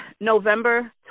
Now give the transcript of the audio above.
November